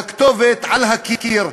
והכתובת על הקיר.